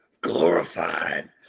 glorified